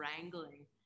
wrangling